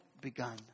begun